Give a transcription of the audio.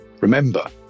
remember